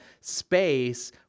space